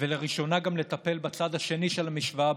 ולראשונה גם לטפל בצד השני של המשוואה,